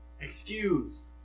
excuse